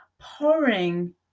pouring